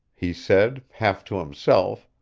he said, half to himself.